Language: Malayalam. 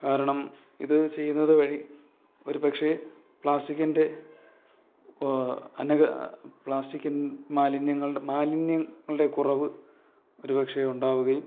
കാരണം ഇത് ചെയ്യുന്നതുവഴി ഒരുപക്ഷെ പ്ലാസ്റ്റിക്കിൻ്റെ അനേക പ്ലാസ്റ്റിക് മാലിന്യങ്ങൾ മാലിന്യങ്ങളുടെ കുറവ് ഒരുപക്ഷെ ഉണ്ടാവുകയും